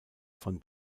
von